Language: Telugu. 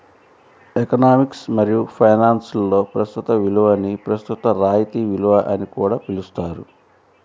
ఎకనామిక్స్ మరియు ఫైనాన్స్లో ప్రస్తుత విలువని ప్రస్తుత రాయితీ విలువ అని కూడా పిలుస్తారు